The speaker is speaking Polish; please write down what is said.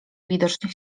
widocznie